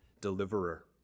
deliverer